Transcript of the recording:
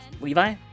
Levi